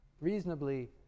reasonably